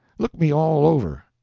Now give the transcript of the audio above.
look me all over.